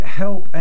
help